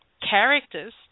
characters